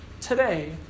today